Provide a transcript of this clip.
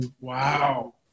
Wow